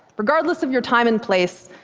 regardless of your time and place,